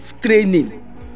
training